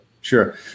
Sure